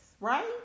right